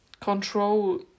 control